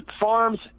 Farms